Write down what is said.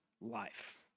life